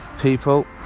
People